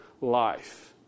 life